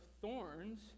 thorns